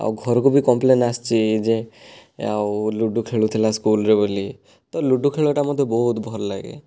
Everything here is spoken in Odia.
ଆଉ ଘରକୁ ବି କମ୍ପ୍ଲେନ୍ ଆସିଛି ଯେ ଆଉ ଲୁଡ଼ୁ ଖେଳୁଥିଲା ସ୍କୁଲରେ ବୋଲି ତ ଲୁଡ଼ୁ ଖେଳଟା ମୋତେ ବହୁତ ଭଲ ଲାଗେ